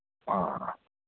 ꯑꯥ ꯑꯥ